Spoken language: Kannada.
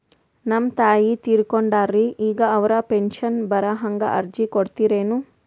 ನಮ್ ತಾಯಿ ತೀರಕೊಂಡಾರ್ರಿ ಈಗ ಅವ್ರ ಪೆಂಶನ್ ಬರಹಂಗ ಅರ್ಜಿ ಕೊಡತೀರೆನು?